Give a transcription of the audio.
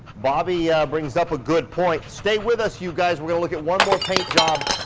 bobby brings up a good point. stay with us you guys we're gonna look at one more paint job.